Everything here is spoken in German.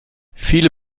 viele